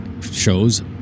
shows